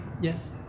Yes